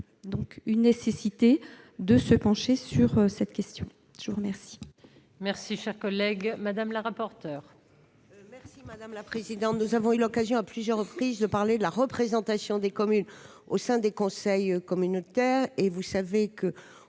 donc une nécessité de se pencher sur cette question, je vous remercie.